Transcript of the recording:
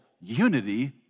unity